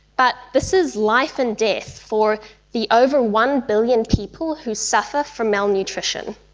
but this is life and death for the over one billion people who suffer from malnutrition.